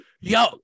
Yo